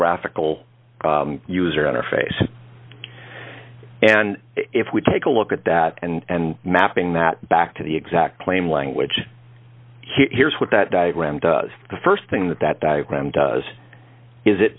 graphical user interface and if we take a look at that and mapping that back to the exact plain language here's what that diagram does the st thing that that diagram does is it